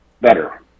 better